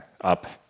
up